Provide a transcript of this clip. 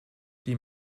die